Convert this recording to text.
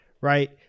Right